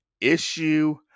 Issue